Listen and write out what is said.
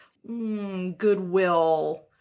Goodwill